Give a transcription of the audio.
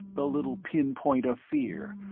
the little pinpoint of fear,